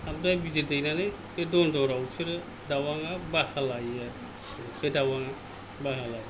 आमफ्राय बिदै दैनानै बे दन्दराव बिसोरो दावाङा बासा लायो आरो बिसोरो बे दावां बासा लायो